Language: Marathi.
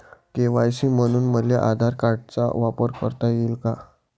के.वाय.सी म्हनून मले आधार कार्डाचा वापर करता येईन का?